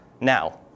now